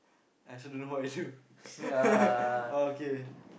I also don't know what I do oh okay